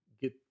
get